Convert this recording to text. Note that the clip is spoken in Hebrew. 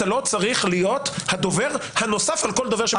אתה לא צריך להיות הדובר הנוסף על כל דובר שמדבר פה.